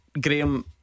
Graham